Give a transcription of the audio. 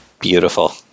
Beautiful